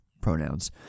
pronouns